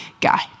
guy